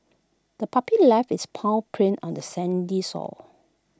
the puppy left its paw prints on the sandy sore